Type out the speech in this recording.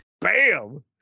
Bam